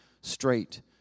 straight